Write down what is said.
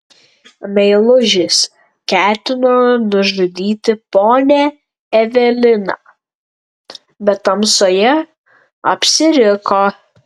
meilužis ketino nužudyti ponią eveliną bet tamsoje apsiriko